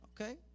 okay